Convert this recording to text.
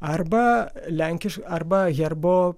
arba lenkiš arba herbo